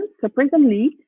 surprisingly